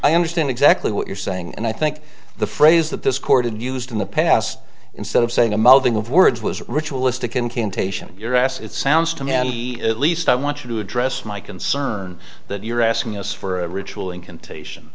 i understand exactly what you're saying and i think the phrase that this court and used in the past instead of saying a mouthing of words was ritualistic incantation of your ass it sounds to me at least i want you to address my concern that you're asking us for a ritual in contagion